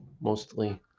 mostly